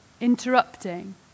Interrupting